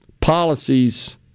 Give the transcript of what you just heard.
policies